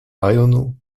lionel